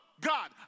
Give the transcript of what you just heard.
God